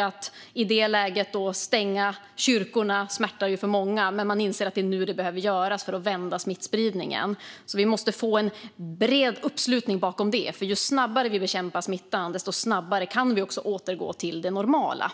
Att i det läget stänga kyrkorna smärtar för många, men man inser att det är nu det behöver göras för att vända smittspridningen. Vi måste få en bred uppslutning bakom detta, för ju snabbare vi bekämpar smittan, desto snabbare kan vi också återgå till det normala.